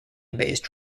based